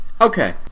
Okay